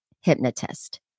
hypnotist